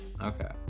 Okay